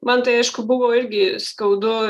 man tai aišku buvo irgi skaudu